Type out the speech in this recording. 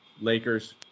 Lakers